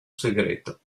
segreto